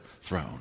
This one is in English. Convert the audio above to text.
throne